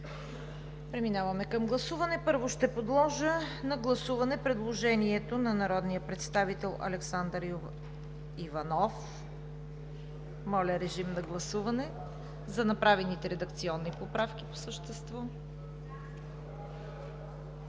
Преминаваме към гласуване. Първо ще подложа на гласуване предложението на народния представител Александър Иванов за направените редакционни поправки по същество.